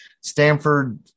Stanford